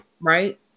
right